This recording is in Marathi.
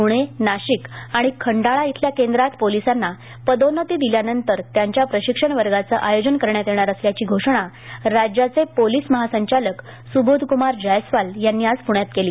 पुणे नाशिक आणि खंडाळा येथील केंद्रात पोलिसांना पदोन्नती दिल्यानंतर त्यांच्या प्रशिक्षण वर्गाचे आयोजन करण्यात येणार असल्याची घोषणा राज्याचे पोलीस महासंचालक सुबोधकुमार जायस्वाल यांनी आज पुण्यात केली